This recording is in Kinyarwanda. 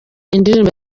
indirimbo